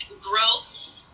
growth